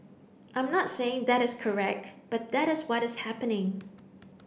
I'm not saying that is correct but that is what is happening